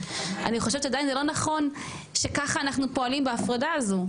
אני חושבת שעדיין זה לא נכון שככה אנחנו פועלים בהפרדה הזו,